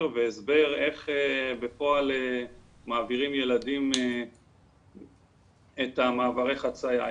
והסבר איך בפועל מעבירים ילדים את מעברי החציה.